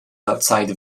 outside